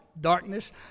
darkness